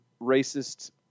racist